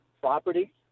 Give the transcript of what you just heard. property